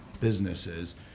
businesses